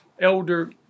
elder